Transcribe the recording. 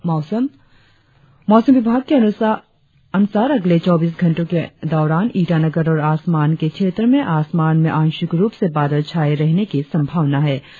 और अब मौसम मौसम विभाग के अनुमान के अनुसार अगले चौबीस घंटो के दौरान ईटानगर और आसपास के क्षेत्रो में आसमान में आंशिक रुप से बादल छाये रहने की संभावना है